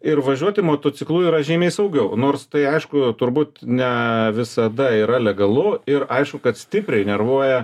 ir važiuoti motociklu yra žymiai saugiau nors tai aišku turbūt ne visada yra legalu ir aišku kad stipriai nervuoja